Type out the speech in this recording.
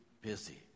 busy